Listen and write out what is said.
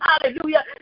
hallelujah